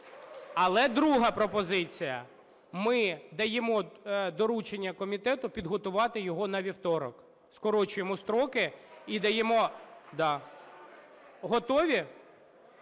Але друга пропозиція. Ми даємо доручення комітету підготувати його на вівторок. Скорочуємо строки і даємо… Да. Готові?